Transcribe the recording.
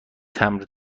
تمبر